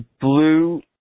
blue